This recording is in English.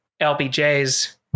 LBJ's